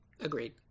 agreed